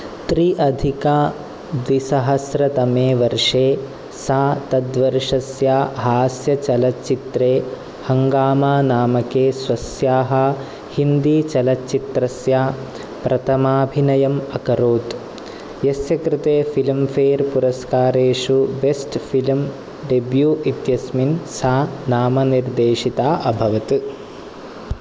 त्रि अधिका द्विसहस्रतमे वर्षे सा तद्वर्षस्य हास्यचलच्चित्रे हङ्गामानामके स्वस्याः हिन्दीचलच्चित्रस्य प्रथमाभिनयम् अकरोत् यस्य कृते फ़िल्म् फ़ेर् पुरस्कारेषु बेस्ट् फ़िल्म् डेब्यू इत्यस्मिन् सा नामनिर्देशिता अभवत्